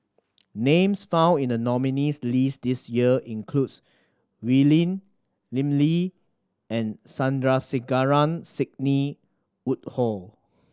names found in the nominees' list this year includes Wee Lin Lim Lee and Sandrasegaran Sidney Woodhull